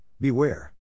beware